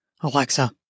Alexa